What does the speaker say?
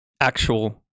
Actual